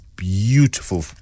Beautiful